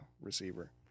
receiver